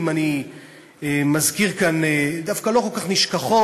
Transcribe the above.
אם אני מזכיר כאן דווקא לא כל כך נשכחות,